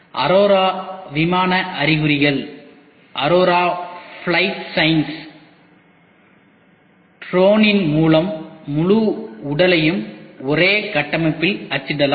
அரோரா விமான அறிகுறிகள் ட்ரோனின் முழு உடலையும் ஒரே கட்டமைப்பில் அச்சிடலாம்